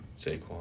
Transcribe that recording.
Saquon